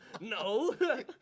no